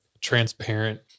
transparent